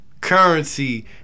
Currency